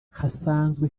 hasanzwe